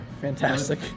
fantastic